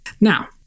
Now